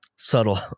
subtle